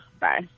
Bye